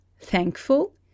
thankful